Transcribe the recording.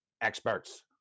experts